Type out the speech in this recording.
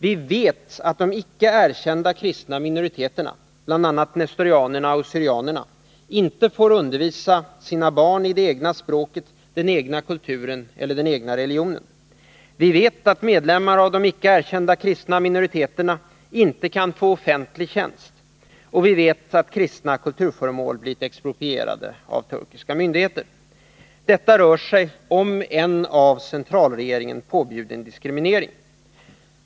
Vi vet ju att de icke-erkända kristna minoriteterna — bl.a. nestorianerna och syrianerna — inte får undervisa sina barn i det egna språket, den egna kulturen och den egna religionen. Vi vet att medlemmar av de icke-erkända kristna minoriteterna inte kan få offentlig tjänst. Vi vet att kristna kultföremål blivit exproprierade av turkiska myndigheter. ” Detta rör sig om en av centralregeringen påbjuden diskriminering.